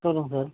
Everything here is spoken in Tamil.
சொல்லுங்கள் சார்